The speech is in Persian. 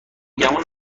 گمون